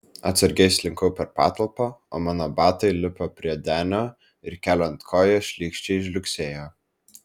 atsargiai slinkau per patalpą o mano batai lipo prie denio ir keliant koją šlykščiai žliugsėjo